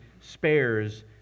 spares